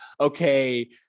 okay